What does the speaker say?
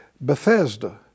Bethesda